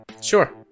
Sure